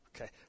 Okay